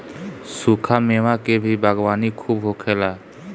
सुखा मेवा के भी बागवानी खूब होखेला